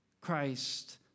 Christ